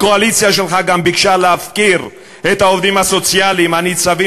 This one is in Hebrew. הקואליציה שלך גם ביקשה להפקיר את העובדים הסוציאליים הניצבים